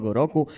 roku